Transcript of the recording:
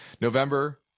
November